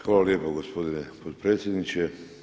Hvala lijepo gospodine potpredsjedniče.